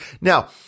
Now